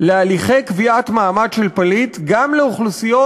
להליכי קביעת מעמד של פליט גם לאוכלוסיות